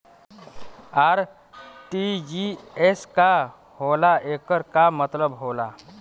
RTGS का होला एकर का मतलब होला?